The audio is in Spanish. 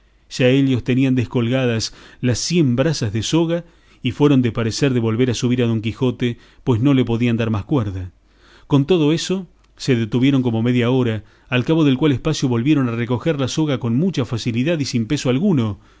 oírse ya ellos tenían descolgadas las cien brazas de soga y fueron de parecer de volver a subir a don quijote pues no le podían dar más cuerda con todo eso se detuvieron como media hora al cabo del cual espacio volvieron a recoger la soga con mucha facilidad y sin peso alguno